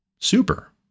super